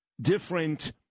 different